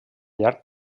llarg